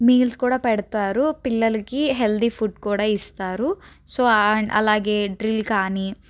meals కూడా పెడతారు పిల్లలకి హెల్తీ ఫుడ్ కూడా ఇస్తారు సో అలాగే డ్రిల్ కానీ